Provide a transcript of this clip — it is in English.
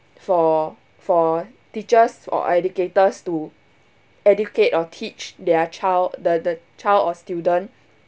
for for teachers or educators to educate or teach their child the the child or student